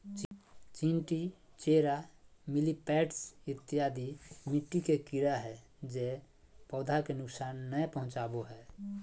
चींटी, चेरा, मिलिपैड्स इत्यादि मिट्टी के कीड़ा हय जे पौधा के नुकसान नय पहुंचाबो हय